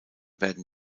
werden